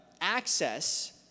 access